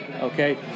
Okay